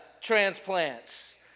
transplants